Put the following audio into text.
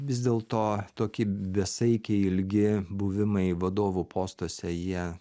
vis dėlto toki besaikiai ilgi buvimai vadovų postuose jie